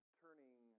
turning